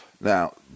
Now